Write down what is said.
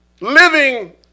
Living